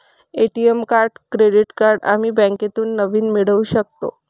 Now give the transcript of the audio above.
ATM card credit card आम्ही बँकेतून नवीन मिळवू शकतो